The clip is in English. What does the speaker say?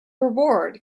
reward